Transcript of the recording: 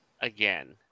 again